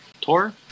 Tor